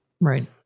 Right